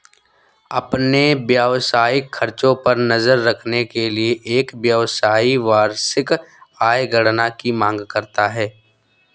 अपने व्यावसायिक खर्चों पर नज़र रखने के लिए, एक व्यवसायी वार्षिक आय गणना की मांग करता है